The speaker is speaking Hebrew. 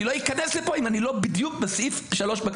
לא אכנס לפה אם אני לא בדיוק בסעיף ---.